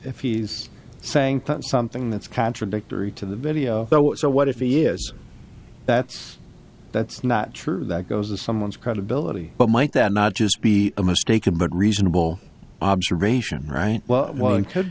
if he's saying something that's contradictory to the video so what if he is that's that's not true that goes to someone's credibility but might that not just be a mistaken but reasonable observation right well it could